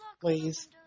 please